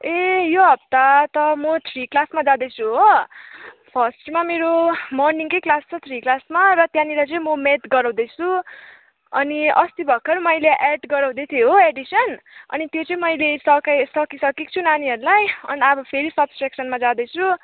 ए यो हप्ता त म थ्री क्लासमा जाँदैछु हो फर्स्टमा मेरो मर्निङकै क्लास छ थ्री क्लासमा र त्यहाँनिर चाहिँ म म्याथ गराउँदैछु अनि अस्ति भर्खर मैले एड गराउँदै थिएँ हो एडिसन अनि त्यो चाहिँ मैले सकाइ सकिसकेको छु नानीहरुलाई अनि अब फेरि सबट्रेक्सनमा जाँदैछु